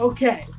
Okay